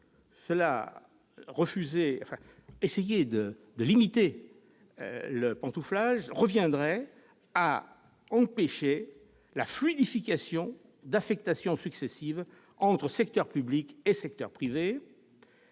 a expliqué qu'essayer de limiter le pantouflage reviendrait à empêcher « la fluidification d'affectations successives entre secteur public et secteur privé